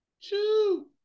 Choo